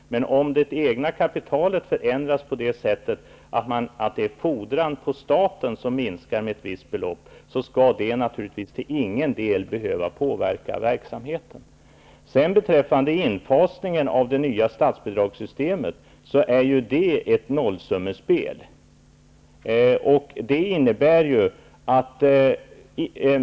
Men om det egna kapitalet förändras på det sättet att det är fordran på staten som minskar med ett visst belopp, skall det naturligtvis till ingen del behöva påverka verksamheten. Beträffande infasningen av det nya statsbidragssystemet är det ju ett nollsummespel.